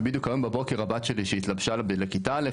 אז בדיוק היום בבוקר הבת שלי שהתלבשה לכיתה א',